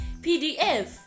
PDF